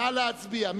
נא להצביע.